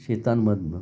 शेतांमधून